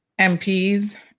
MPs